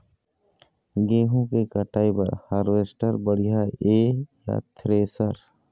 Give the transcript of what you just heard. गेहूं के कटाई बर हारवेस्टर बढ़िया ये या थ्रेसर?